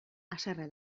haserre